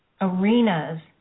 arenas